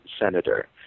senator